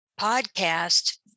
podcast